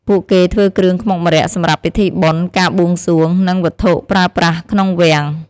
ពួកគេធ្វើគ្រឿងខ្មុកម្រ័ក្សណ៍សម្រាប់ពិធីបុណ្យ ការបួងសួង និង វត្ថុប្រើប្រាស់ក្នុងវាំង។